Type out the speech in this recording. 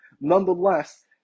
nonetheless